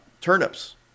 turnips